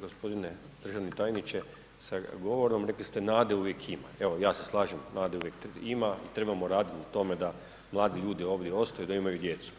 gospodine državni tajniče sa govorom rekli ste nade uvijek ima, evo ja se slažem, nade uvijek ima, i trebamo raditi na tome da mladi ljudi ovdje ostaju, da imaju djecu.